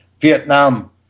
Vietnam